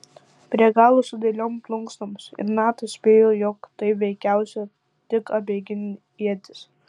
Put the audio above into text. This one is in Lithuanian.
prie galo su dailiom plunksnom ir natas spėjo jog tai veikiausiai tik apeiginė ietis